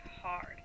hard